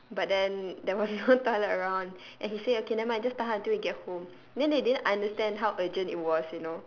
but then there was no toilet around and he say okay nevermind just tahan until we get home then they didn't understand how urgent it was you know